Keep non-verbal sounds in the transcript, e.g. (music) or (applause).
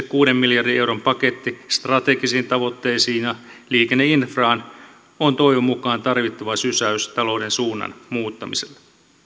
(unintelligible) kuuden miljardin euron paketti strategisiin tavoitteisiin ja liikenneinfraan on toivon mukaan tarvittava sysäys talouden suunnan muuttamiselle